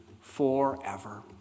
forever